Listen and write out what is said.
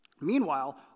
Meanwhile